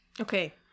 okay